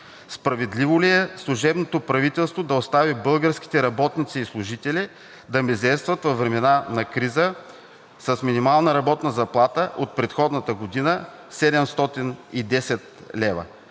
Справедливо ли е служебното правителство да остави българските работници и служители да мизерстват във времена на криза с минимална работна заплата от предходната година – 710 лв.?